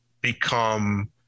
become